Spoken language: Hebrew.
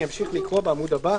אני אמשיך לקרוא בעמוד הבא.